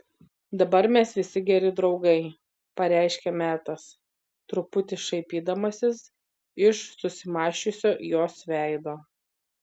dabar mes visi geri draugai pareiškė metas truputį šaipydamasis iš susimąsčiusio jos veido